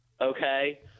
Okay